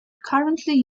currently